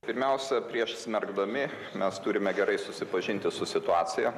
pirmiausia prieš smerkdami mes turime gerai susipažinti su situacija